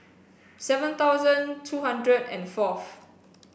seven thousand two hundred and fourth